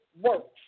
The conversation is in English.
works